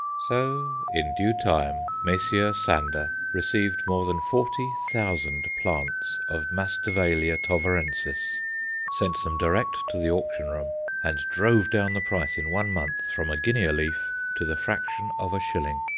so, in due time, messrs. sander received more than forty thousand plants of masdevallia tovarensis sent them direct to the auction-room and drove down the price in one month from a guinea a leaf to the fraction of a shilling.